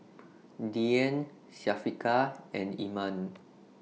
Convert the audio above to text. Dian Syafiqah and Iman